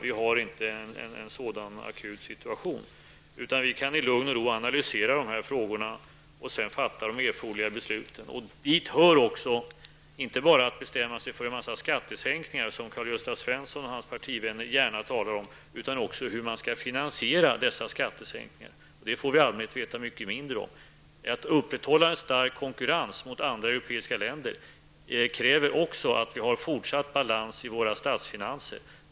Vi har inte en sådan akut situation i Sverige, utan vi kan i lugn och ro analysera dessa frågor och därefter fatta de erforderliga besluten. Dit hör inte bara att bestämma sig för en mängd skattesänkningar, vilka Karl-Gösta Svenson och hans partivänner gärna talar om, utan också för hur man skall finansiera dessa skattesänkningar. Det får vi i allmänhet veta mycket mindre om. Att upprätthålla en stark konkurrens gentemot andra europeiska länder kräver också att vi har fortsatt balans i våra statsfinanser.